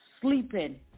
sleeping